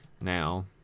now